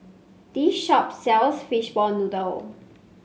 this shop sells Fishball Noodle